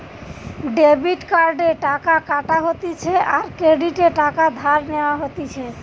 debit কার্ডে টাকা কাটা হতিছে আর ক্রেডিটে টাকা ধার নেওয়া হতিছে